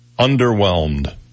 underwhelmed